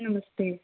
नमस्ते